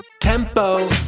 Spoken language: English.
tempo